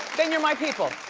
then you're my people.